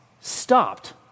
stopped